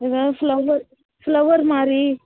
எதாவது flower flower மாதிரி